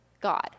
God